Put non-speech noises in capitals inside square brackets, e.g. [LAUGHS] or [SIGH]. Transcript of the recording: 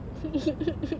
[LAUGHS]